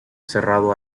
cerrado